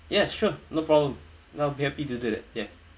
ya sure no problem I'll be happy to do that ya